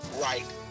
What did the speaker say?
right